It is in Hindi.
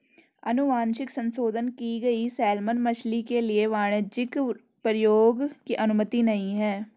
अनुवांशिक संशोधन की गई सैलमन मछली के लिए वाणिज्यिक प्रयोग की अनुमति नहीं है